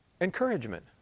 encouragement